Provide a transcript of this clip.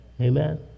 Amen